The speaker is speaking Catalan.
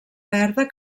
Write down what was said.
verda